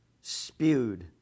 spewed